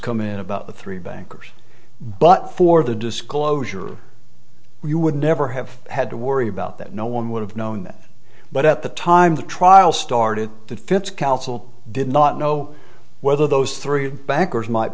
coming in about three bankers but for the disclosure you would never have had to worry about that no one would have known that but at the time the trial started defense counsel did not know whether those three bankers might